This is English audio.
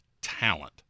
talent